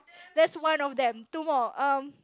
that's one of them two more um